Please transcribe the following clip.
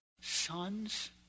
sons